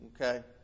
okay